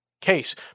case